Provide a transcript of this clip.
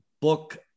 book